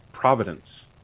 Providence